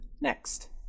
Next